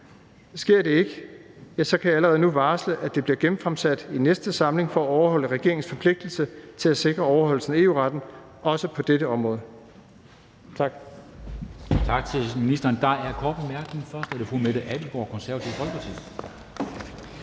Sker det ikke, kan jeg allerede nu varsle, at det bliver genfremsat i næste samling for at overholde regeringens forpligtelse til at sikre overholdelsen af EU-retten, også på dette område.